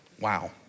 Wow